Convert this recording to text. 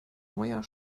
neuer